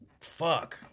Fuck